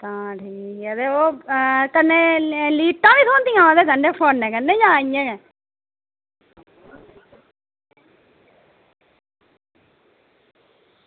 तां ठीक ऐ ते ओह् कन्नै लीटां बी थ्होंदियां ओह्दे कन्नै फोनै कन्नै जां इंया गै